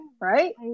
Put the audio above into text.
right